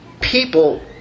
people